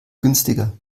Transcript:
günstiger